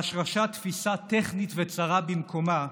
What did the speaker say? והשרשת תפיסה טכנית וצרה במקומה,